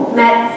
met